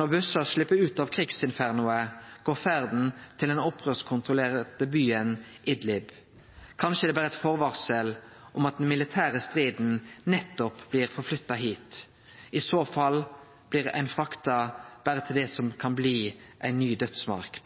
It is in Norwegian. Når bussane slepp ut av krigsinfernoet, går ferda til den opprørskontrollerte byen Idlib. Kanskje er det berre eit forvarsel om at den militære striden nettopp blir flytta dit. I så fall blir dei berre frakta til det som kan bli ei ny dødsmark.